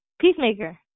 peacemaker